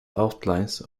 outlines